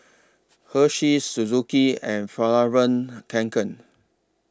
Hersheys Suzuki and Fjallraven Kanken